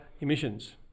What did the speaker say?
emissions